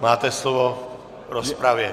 Máte slovo v rozpravě.